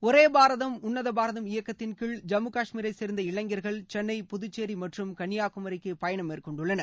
ஒரே பாரதம் உள்ளத பாரதம் இயக்கத்தின் கிழ் ஜம்மு கஷ்மீரைச் சேர்ந்த இளைஞர்கள் சென்னை புதுச்சேரி மற்றும் கன்னியாகுமரிக்கு பயணம் மேற்கொண்டுள்ளனர்